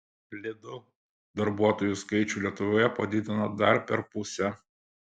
lidl darbuotojų skaičių lietuvoje padidino dar per pusę